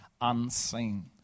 unseen